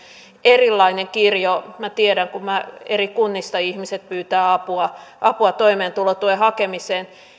erilainen kirjo minä tiedän kun eri kunnista ihmiset pyytävät apua apua toimeentulotuen hakemiseen